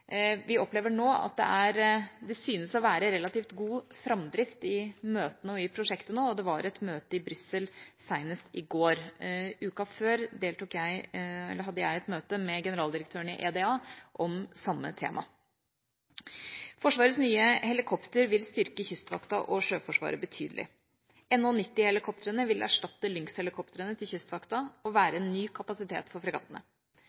Vi opplever nå at det synes å være relativt god framdrift i møtene og i prosjektet. Det var et møte i Brussel senest i går, og uka før hadde jeg et møte med generaldirektøren i EDA om samme tema. Forsvarets nye helikopter vil styrke Kystvakta og Sjøforsvaret betydelig. NH90-helikoptrene vil erstatte Lynx-helikoptrene til Kystvakta og være en ny kapasitet for fregattene.